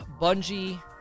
Bungie